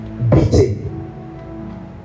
Beating